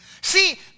see